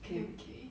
okay okay